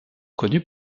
connue